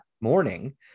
morning